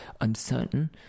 uncertain